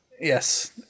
Yes